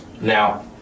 Now